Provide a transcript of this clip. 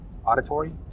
Auditory